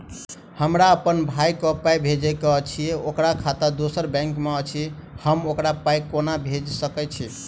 हमरा अप्पन भाई कऽ पाई भेजि कऽ अछि, ओकर खाता दोसर बैंक मे अछि, हम ओकरा पाई कोना भेजि सकय छी?